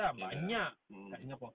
okay lah mm mm